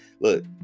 look